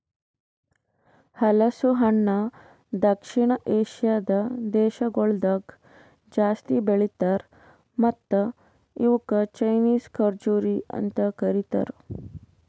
ಹಲಸು ಹಣ್ಣ ದಕ್ಷಿಣ ಏಷ್ಯಾದ್ ದೇಶಗೊಳ್ದಾಗ್ ಜಾಸ್ತಿ ಬೆಳಿತಾರ್ ಮತ್ತ ಇವುಕ್ ಚೈನೀಸ್ ಖಜುರಿ ಅಂತ್ ಕರಿತಾರ್